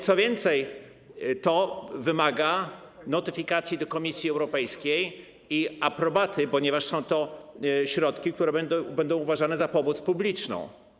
Co więcej to wymaga notyfikacji Komisji Europejskiej i aprobaty, ponieważ są to środki, które będą uważane za pomoc publiczną.